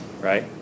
right